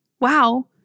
wow